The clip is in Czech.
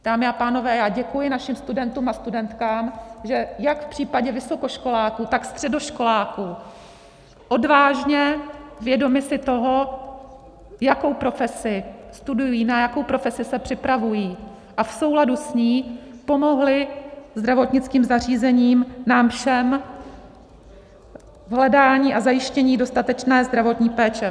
Dámy a pánové, já děkuji našim studentům a studentkám, že jak v případě vysokoškoláků, tak středoškoláků odvážně, vědomi si toho, jakou profesi studují, na jakou profesi se připravují, a v souladu s ní pomohli zdravotnickým zařízením, nám všem v hledání a zajištění dostatečné zdravotní péče.